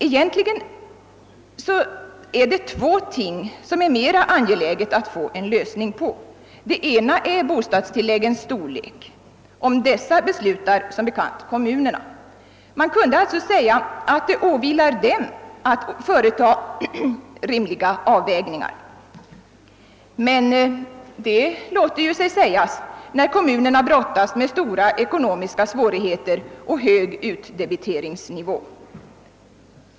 Egentligen är det två frågor som det är mer angeläget att få lösta. Den ena är bostadstilläggens storlek — därom beslutar som bekant kommunerna. Man skulle alltså kunna säga att det åvilar dem att göra rimliga avvägningar. Men det låter sig knappast göra när kommunerna brottas med stora ekonomiska svårigheter och hög utdebitering.